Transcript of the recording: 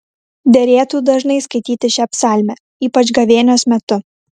derėtų dažnai skaityti šią psalmę ypač gavėnios metu